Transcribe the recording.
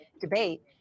debate